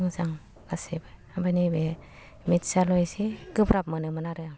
मोजां गासिबो आमफ्राय नैबे मेट्सआल' एसे गोब्राब मोनोमोन आरो आं